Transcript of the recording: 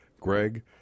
Greg